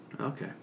Okay